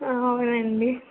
అవునండీ